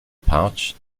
pouch